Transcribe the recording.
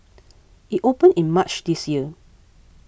it opened in March this year